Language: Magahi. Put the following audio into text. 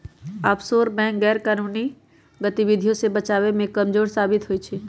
आफशोर बैंक अपनेके गैरकानूनी गतिविधियों से बचाबे में कमजोर साबित होइ छइ